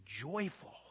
joyful